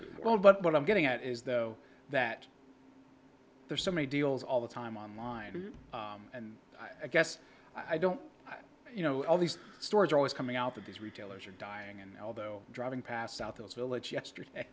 as well but what i'm getting at is though that there are so many deals all the time online and i guess i don't you know all these stores are always coming out of these retailers are dying and although driving past out those village yesterday